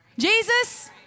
Jesus